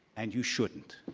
and you shouldn't.